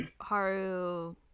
Haru